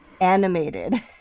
animated